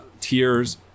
tiers